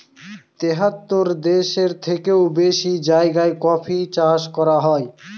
তেহাত্তর দেশের থেকেও বেশি জায়গায় কফি চাষ করা হয়